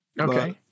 Okay